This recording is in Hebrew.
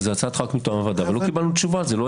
זה שאלה